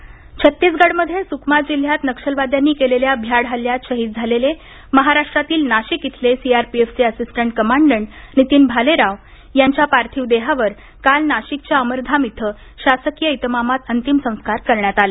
अंत्यसंस्कार छत्तीसगडमध्ये सुकमा जिल्ह्यात नक्षलवाद्यांनी केलेल्या भ्याड हल्ल्यात शहीद झालेले महाराष्ट्रातील नाशिक इथले सीआरपीएफचे असिस्टंट कमाडंट नितीन भालेराव यांच्या पार्थिव देहावर काल नाशिकच्या अमरधाम इथं शासकीय इतमामात अंतिम संस्कार करण्यात आले